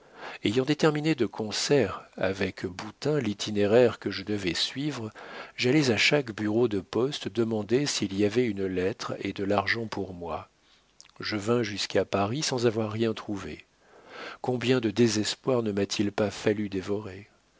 ayant déterminé de concert avec boutin l'itinéraire que je devais suivre j'allais à chaque bureau de poste demander s'il y avait une lettre et de l'argent pour moi je vins jusqu'à paris sans avoir rien trouvé combien de désespoirs ne m'a-t-il pas fallu dévorer